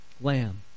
lamb